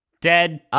Dead